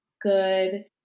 good